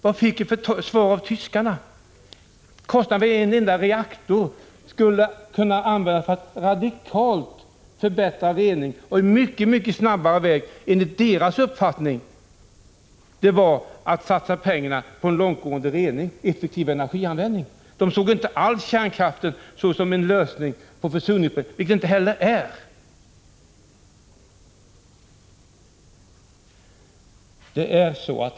Vad fick vi för svar av tyskarna? Jo, att kostnaden för en enda reaktor skulle kunna användas för att radikalt förbättra reningen! Det var enligt deras uppfattning en mycket snabbare väg att satsa pengarna på en långtgående rening och en effektiv energianvändning. De såg inte alls kärnkraften som en lösning på försurningsproblemen — och det är den ju inte heller.